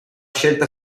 scelta